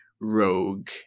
rogue